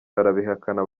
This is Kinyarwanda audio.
barabihakana